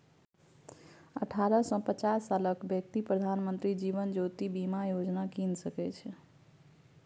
अठारह सँ पचास सालक बेकती प्रधानमंत्री जीबन ज्योती बीमा योजना कीन सकै छै